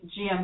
GM